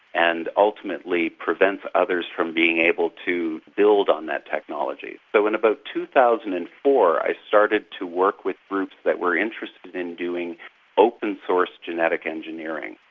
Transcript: and ultimately prevents others from being able to build on that technology. but so in about two thousand and four i started to work with groups that were interested in doing open-source genetic engineering.